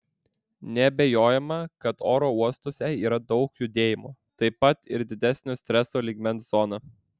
neabejojama kad oro uostuose yra daug judėjimo taip pat ir didesnio streso lygmens zona